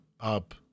up